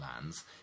lands